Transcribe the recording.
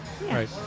Right